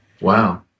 Wow